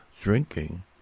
drinking